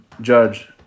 judge